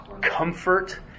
comfort